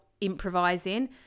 improvising